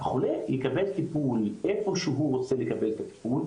החולה יקבל טיפול איפה שהוא רוצה לקבל טיפול,